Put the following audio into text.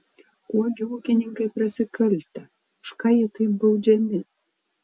kuo gi ūkininkai prasikaltę už ką jie taip baudžiami